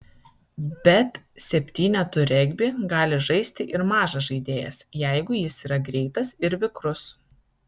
bet septynetų regbį gali žaisti ir mažas žaidėjas jeigu jis yra greitas ir vikrus